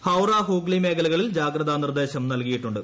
ഹൌറ ഹൂഗ്ലി മേഖലകളിൽ ജാഗ്രതാ നിർദ്ദേശം നൽകിയിട്ടുണ്ട്